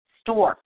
store